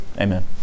amen